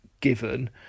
given